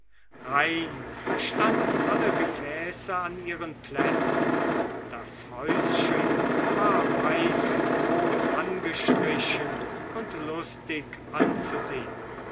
standen alle gefäße an ihren plätzen das häuschen war weiß und rot angestrichen und lustig anzusehen